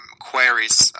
queries